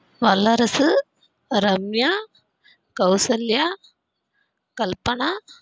வல்லரசு ரம்யா கௌசல்யா கல்பனா